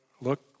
look